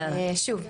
שוב,